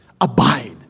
abide